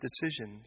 decisions